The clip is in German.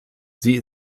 sie